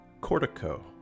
Cortico